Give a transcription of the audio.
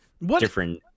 different